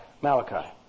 Malachi